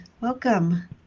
Welcome